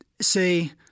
say